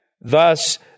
Thus